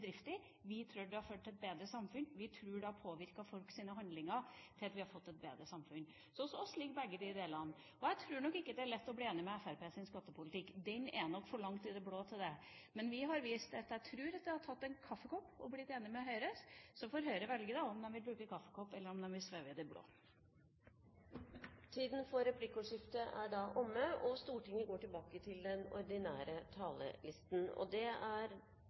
Vi tror det har ført til et bedre samfunn. Vi tror det har påvirket folks handlinger, slik at vi har fått et bedre samfunn. Så hos oss ligger begge disse delene. Jeg tror nok ikke det er lett å bli enig med Fremskrittspartiet om skattepolitikk. Den er nok for langt i det blå til det. Men jeg tror at vi hadde kunnet ta en kaffekopp med Høyre og blitt enige – så får Høyre velge om de vil ta en kaffekopp, eller om de vil sveve i det blå. Replikkordskiftet er omme. En finansdebatt skal selvfølgelig handle om budsjettet, men den må også handle om de lange linjene. For regjeringen er